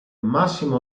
massima